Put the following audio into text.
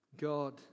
God